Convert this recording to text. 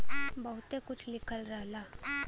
बहुते कुछ लिखल रहला